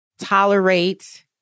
tolerate